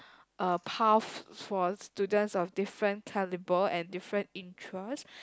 uh path for students of different calibre and different interest